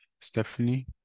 Stephanie